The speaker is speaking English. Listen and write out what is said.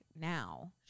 now